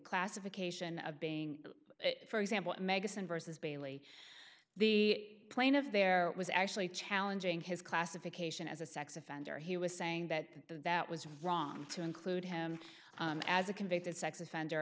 classification of being for example medicine versus bailey the plaintiff there was actually challenging his classification as a sex offender he was saying that that was wrong to include him as a convicted sex offender